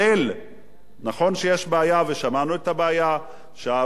נכון שיש בעיה ושמענו את הבעיה, שהערוץ מרוויח אבל